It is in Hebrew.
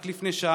רק לפני שעה